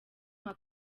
nka